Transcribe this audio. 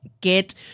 Get